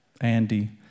Andy